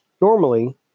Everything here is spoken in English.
Normally